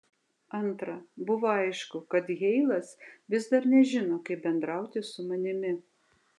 antra buvo aišku kad heilas vis dar nežino kaip bendrauti su manimi